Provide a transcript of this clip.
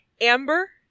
Amber